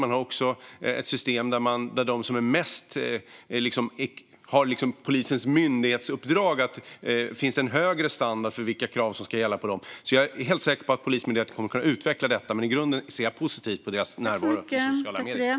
Man har också ett system där det finns en högre standard för vilka krav som ska gälla för dem som har polisens myndighetsuppdrag. Jag är helt säker på att Polismyndigheten kommer att kunna utveckla detta. Men i grunden ser jag positivt på deras närvaro i sociala medier.